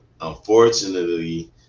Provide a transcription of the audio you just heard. unfortunately